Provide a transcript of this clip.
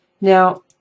Now